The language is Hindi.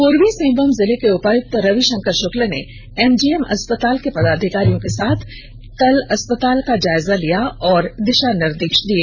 पूर्वी सिंहभुम जिले के उपायुक्त रविशंकर शक्ला ने एमजीएम अस्पताल के पदाधिकारियों को साथ कल अस्पताल का जायजा लिया और दिशा निर्देश दिये